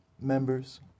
members